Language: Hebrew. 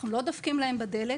אנחנו לא דופקים להם בדלת.